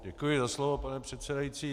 Děkuji za slovo, pane předsedající.